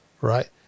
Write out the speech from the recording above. right